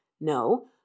No